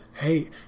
hey